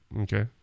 Okay